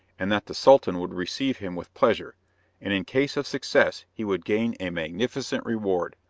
and that the sultan would receive him with pleasure and in case of success, he would gain a magnificent reward.